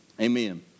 Amen